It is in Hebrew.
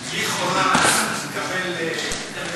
למי אתה מנופף?